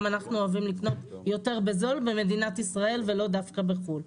גם אנחנו אוהבים לקנות יותר בזול במדינת ישראל ולא דווקא בחו"ל.